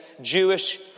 Jewish